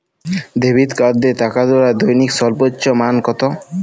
Debit কার্ডে টাকা তোলার দৈনিক সর্বোচ্চ মান কতো?